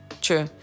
true